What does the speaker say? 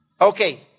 Okay